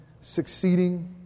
succeeding